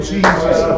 Jesus